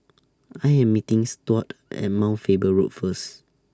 I Am meeting Stuart At Mount Faber Road First